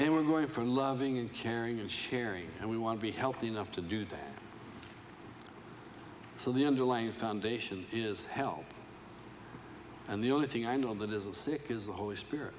and we're going for loving and caring and sharing and we want to be healthy enough to do that so the underlying foundation is help and the only thing i know of that is sick is the holy spirit